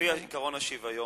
לפי עקרון השוויון,